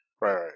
Right